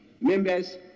members